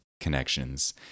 connections